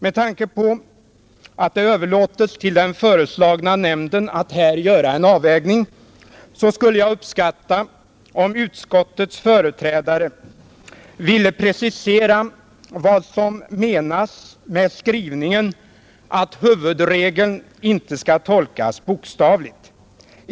Med tanke på att det överlåtes till den föreslagna nämnden att här göra en avvägning skulle jag uppskatta om utskottets företrädare ville precisera vad som menas med skrivningen att huvudregeln inte skall tolkas bokstavligt.